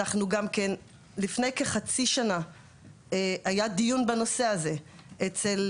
אנחנו גם כן לפני כחצי שנה היה דיון בנושא הזה אצל